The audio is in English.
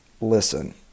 Listen